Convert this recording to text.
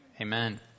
Amen